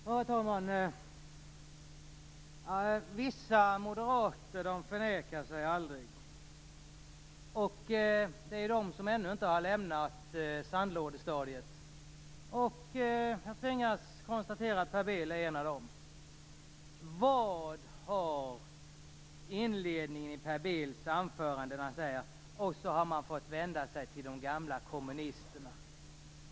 Herr talman! Vissa moderater förnekar sig aldrig. Det är de som ännu inte har lämnat sandlådestadiet. Jag tvingas konstatera att Per Bill är en av dem. I inledningen på sitt anförande säger Per Bill: Och så har man fått vända sig till de gamla kommunisterna.